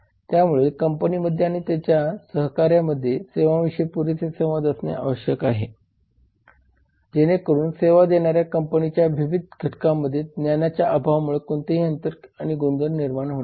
त्यामुळे कंपनीमध्ये आणि तिच्या सहकाऱ्यांमध्ये सेवांविषयी पुरेसे संवाद असणे आवश्यक आहे जेणेकरून सेवा देणाऱ्या कंपनीच्या विविध घटकांमध्ये ज्ञानाच्या अभावामुळे कोणतेही अंतर आणि गोंधळ निर्माण होणार नाही